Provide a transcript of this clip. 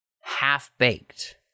half-baked